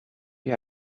you